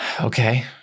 Okay